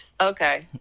Okay